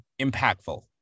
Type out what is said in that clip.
impactful